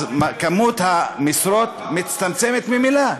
כמות המשרות מצטמצמת ממילא.